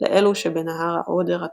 לאלו שבנהר האודר התחתון,